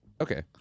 Okay